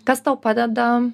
kas tau padeda